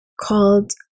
called